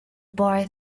boy